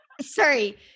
sorry